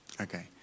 Okay